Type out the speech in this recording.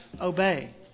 obey